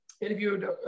interviewed